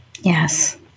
Yes